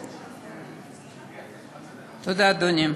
תודה, אדוני.